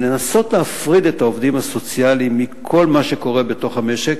לנסות להפריד את העובדים הסוציאליים מכל מה שקורה בתוך המשק,